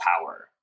power